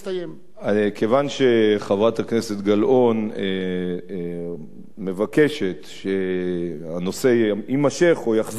כיוון שחברת הכנסת גלאון מבקשת שהנושא יימשך או יחזור לדיון